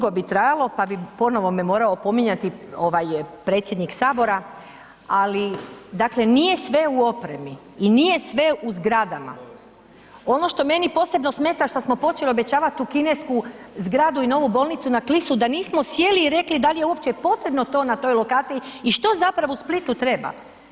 Dugo bi trajalo, pa bi ponovo me morao opominjati ovaj predsjednik HS, ali dakle nije sve u opremi i nije sve u zgradama, ono što meni posebno smeta šta smo počeli obećavat tu kinesku zgradu i novu bolnicu na Klisu da nismo sjeli i rekli dal je uopće potrebno to na toj lokaciji i što zapravo u Splitu treba?